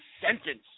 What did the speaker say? sentence